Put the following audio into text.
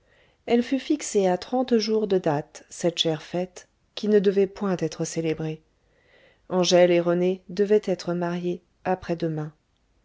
elle fut fixée à trente jours de date cette chère fête qui ne devait point être célébrée angèle et rené devaient être mariés après-demain